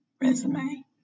resume